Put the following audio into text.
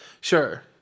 Sure